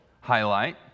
highlight